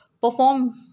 perform